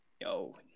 Yo